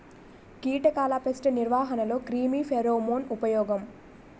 కీటకాల పేస్ట్ నిర్వహణలో క్రిమి ఫెరోమోన్ ఉపయోగం